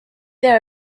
there